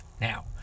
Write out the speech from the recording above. Now